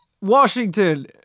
Washington